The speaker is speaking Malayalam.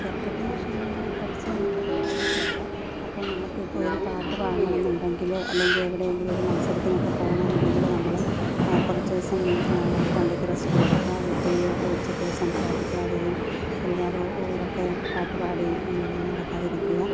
ശബ്ദത്തിൻ്റെ ക്ഷീണം കൊറച്ച് നമുക്ക് ഉണ്ടാകാറുണ്ട് അപ്പോൾ നമുക്ക് ഇപ്പൊ ഒര് പാട്ട് പാടണമെന്നൊണ്ടെങ്കില് അല്ലെങ്കി എവിടെയെങ്കിലും ഒര് മത്സരത്തിനൊക്കെ പൊണോന്നൊണ്ടെങ്കില് നമ്മള് കൊറച്ച് ദിവസം തൊണ്ടക്ക് റെസ്റ്റ് കൊടുക്കാം ഒത്തിരി ഒച്ചത്തില് സംസാരിക്കാതെയും ഒരുപാട് ഉറക്കെ പാട്ട് പാടി ഇങ്ങനെ നടക്കാതിരിക്കുക